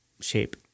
shape